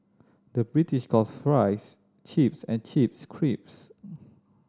the British calls fries chips and chips crisps